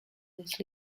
this